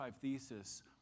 Thesis